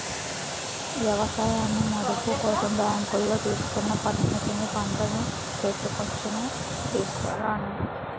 ఎవసాయ మదుపు కోసం బ్యాంకులో తీసుకున్న పరపతిని పంట సేతికొచ్చాక తీర్సేత్తాను